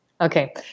Okay